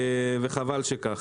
וחבל שכך.